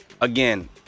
again